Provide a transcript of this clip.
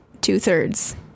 two-thirds